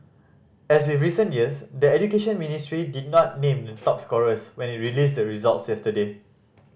as with recent years the Education Ministry did not name the top scorers when it released the results yesterday